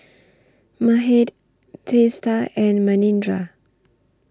Mahade Teesta and Manindra